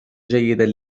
جيدًا